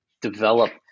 develop